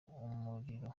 umuriro